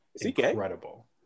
incredible